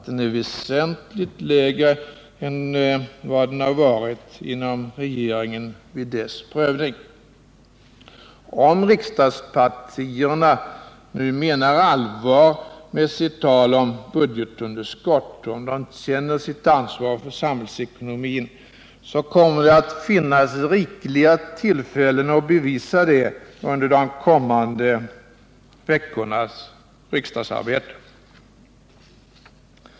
Den är väsentligt lägre än den varit inom regeringen vid dess prövning. Om riksdagspartierna menar allvar med sitt tal om budgetunderskott och känner sitt ansvar för samhällsekonomin kommer det att finnas rikliga tillfällen att bevisa det under de kommande veckornas riksdagsarbete.